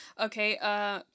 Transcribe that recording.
okay